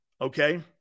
okay